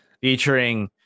featuring